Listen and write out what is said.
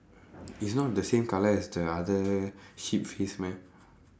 it's not the same colour as the other sheep face meh